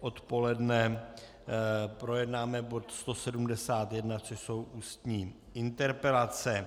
Odpoledne projednáme bod 171, což jsou ústní interpelace.